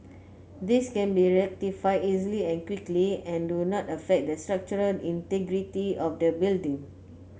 these can be rectified easily and quickly and do not affect the structural integrity of the building